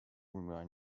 remain